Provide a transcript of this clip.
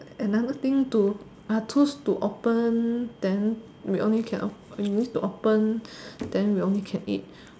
another thing to tools to open then we can only open we need to open then we only can eat